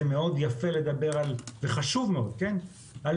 זה מאוד יפה וחשוב לדבר על פריון,